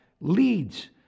leads